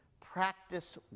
practice